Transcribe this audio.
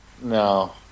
No